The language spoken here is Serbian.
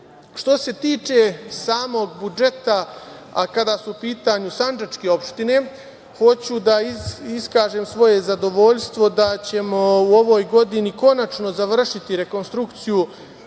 se tiče samog budžeta, kada su u pitanju sandžačke opštine, hoću da iskažem svoje zadovoljstvo da ćemo u ovoj godini konačno završiti rekonstrukciju